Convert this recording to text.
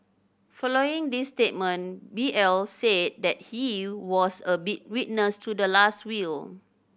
following this statement B L said that he was a witness to the last will